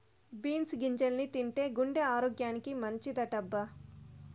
beans గింజల్ని తింటే గుండె ఆరోగ్యానికి మంచిదటబ్బా